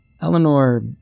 Eleanor